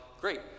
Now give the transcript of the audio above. Great